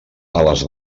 ales